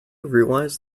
realize